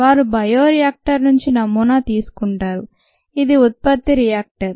వారు bio reactor నుండి నమూనా తీసుకుంటారు ఇది ఉత్పత్తి రియాక్టర్